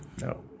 No